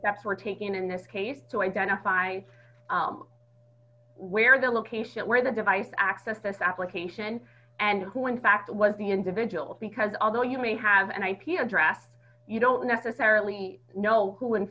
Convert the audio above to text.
they were taking in this case to identify where the location where the device accessed this application and who in fact was the individual because although you may have an ip address you don't necessarily know who in